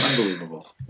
Unbelievable